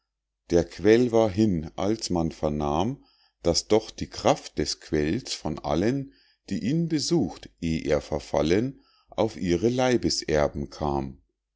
der quell war hin als man vernahm daß doch die kraft des quells von allen die ihn besucht eh er verfallen auf ihre leibeserben kam